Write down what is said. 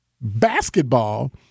basketball